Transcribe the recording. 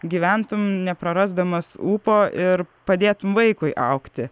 gyventum neprarasdamas ūpo ir padėtum vaikui augti